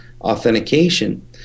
authentication